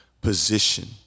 position